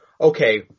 okay